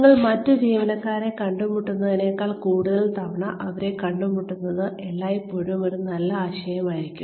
നിങ്ങൾ മറ്റ് ജീവനക്കാരെ കണ്ടുമുട്ടുന്നതിനേക്കാൾ കൂടുതൽ തവണ അവരെ കണ്ടുമുട്ടുന്നത് എല്ലായ്പ്പോഴും നല്ല ആശയമായിരിക്കും